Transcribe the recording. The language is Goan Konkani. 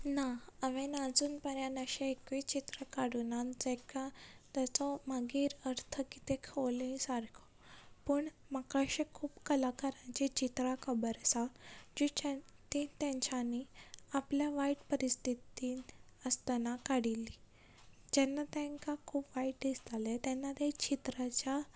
ना हांवें आजून मेरेन अशें एकूय चित्र काडूना जाका ताचो मागीर अर्थ किदें खोवले सारको पूण म्हाका अशें खूब कलाकाराचे चित्रां खबर आसा जिचें जी तांच्यानी आपल्या वायट परिस्थितींत आसतना काडिल्ली जेन्ना तांकां खूब वायट दिसतालें तेन्ना ते चित्राच्या